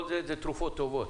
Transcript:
כל אלה הן תרופות טובות.